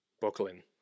buckling